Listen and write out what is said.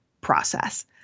process